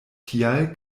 tial